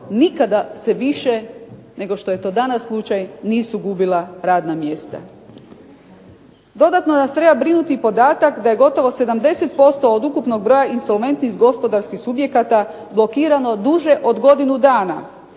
nikada se više nego što je to danas slučaj nisu gubila radna mjesta. Dodatno nas treba brinuti podatak da je gotovo 70% od ukupnog broja insolventnih gospodarskih subjekata blokirano duže od godinu dana